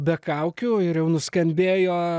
be kaukių ir jau nuskambėjo